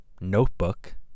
notebook